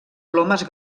plomes